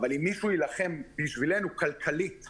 אם מישהו יילחם בשבילנו כלכלית הוא